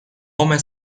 come